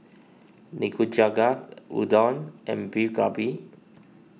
Nikujaga Gyudon and Beef Galbi